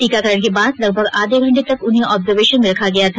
टीकाकरण के बाद लगभग आधे घंटे तक उसे ऑब्जर्वेशन में रखा गया था